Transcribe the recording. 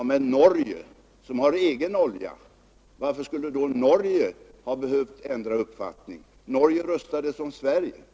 Men varför skulle då Norge, som har egen olja, behövt ha samma uppfattning? Norge röstade på samma sätt som Sverige.